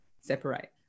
separate